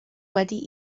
wedi